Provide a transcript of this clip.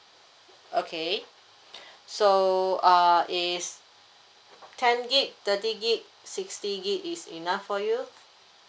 okay so uh is ten gig thirty gig sixty gig is enough for you